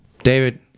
David